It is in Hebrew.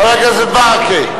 חבר הכנסת ברכה?